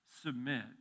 submit